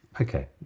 Okay